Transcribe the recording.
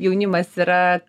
jaunimas yra